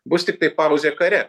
bus tiktai pauzė kare